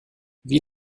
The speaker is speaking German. wie